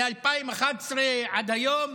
מ-2011 עד היום,